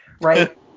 right